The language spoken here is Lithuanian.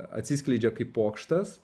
atsiskleidžia kaip pokštas